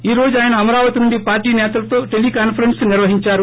ఈ రోజు ఆయన అమరావతి నుండి పార్టీ సేతలతో టెలీ కాన్సరెన్స్ నిర్వహించారు